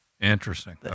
interesting